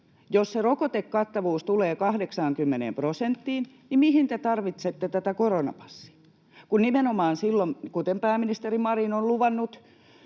Jos se rokotekattavuus tulee 80 prosenttiin, niin mihin te tarvitsette tätä koronapassia, kun nimenomaan silloin, kuten pääministeri Marin on luvannut